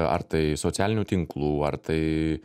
ar tai socialinių tinklų ar tai